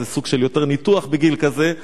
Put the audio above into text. זה סוג של יותר ניתוח בגיל כזה,